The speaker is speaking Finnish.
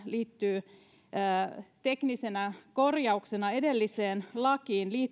liittyy teknisenä korjauksena edelliseen lakiin liittyen